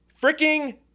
freaking